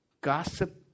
gossip